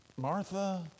Martha